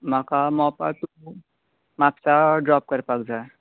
म्हाका Mopa to Mapusa drop करपाक जाय